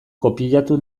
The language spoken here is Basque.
kopiatu